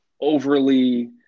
overly